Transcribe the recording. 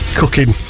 cooking